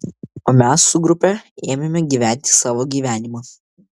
o mes su grupe ėmėme gyventi savo gyvenimą